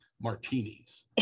martinis